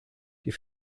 die